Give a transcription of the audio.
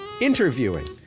interviewing